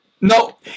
No